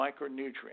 micronutrients